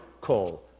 call